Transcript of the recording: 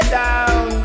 down